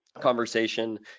conversation